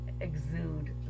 exude